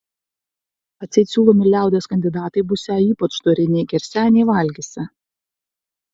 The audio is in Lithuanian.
atseit siūlomi liaudies kandidatai būsią ypač dori nei gersią nei valgysią